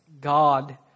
God